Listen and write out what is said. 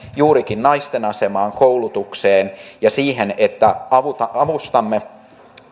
juurikin naisten asemaan koulutukseen ja siihen panostaminen että avustamme